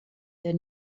der